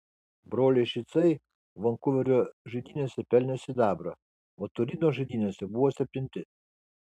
broliai šicai vankuverio žaidynėse pelnė sidabrą o turino žaidynėse buvo septinti